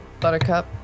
Buttercup